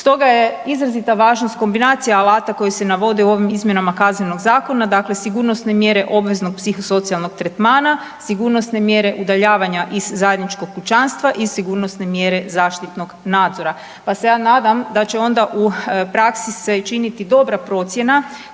stoga je izrazita važnost kombinacije alata koji se navode u ovim izmjenama Kaznenog zakona. Dakle, sigurnosne mjere obveznog psihosocijalnog tretmana, sigurnosne mjere udaljavanja iz zajedničkog kućanstva i sigurnosne mjere zaštitnog nadzora pa se ja nadam da će onda u praksi se činiti dobra procjena